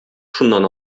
шуннан